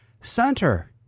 center